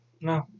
No